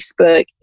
Facebook